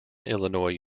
illinois